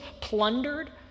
plundered